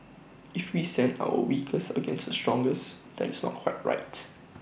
if we send our weakest against the strongest then it's not quite right